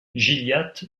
gilliatt